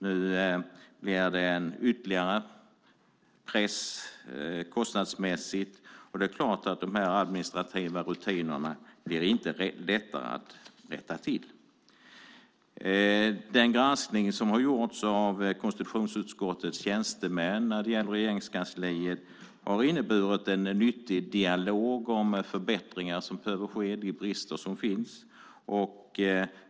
Nu blir det ytterligare press kostnadsmässigt, och dessa administrativa rutiner blir självfallet inte lättare att rätta till. Den granskning som gjorts av konstitutionsutskottets tjänstemän beträffande Regeringskansliet har inneburit att vi fått en nyttig dialog om förbättringar som behöver göras på grund av de brister som finns.